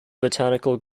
botanical